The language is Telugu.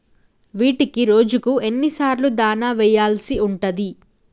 వీటికి రోజుకు ఎన్ని సార్లు దాణా వెయ్యాల్సి ఉంటది?